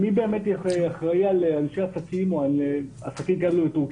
מי באמת אחראי על אנשי עסקים או על עסקים כאלה בטורקיה?